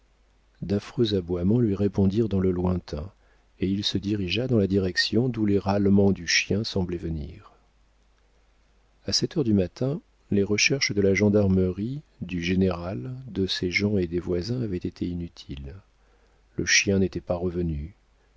d'affreux aboiements lui répondirent dans le lointain et il se dirigea dans la direction d'où les râlements du chien semblaient venir a sept heures du matin les recherches de la gendarmerie du général de ses gens et des voisins avaient été inutiles le chien n'était pas revenu